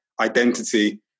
identity